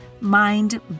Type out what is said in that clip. mind